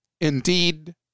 Indeed